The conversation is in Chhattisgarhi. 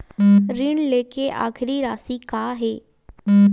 ऋण लेके आखिरी राशि का हे?